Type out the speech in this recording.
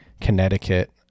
Connecticut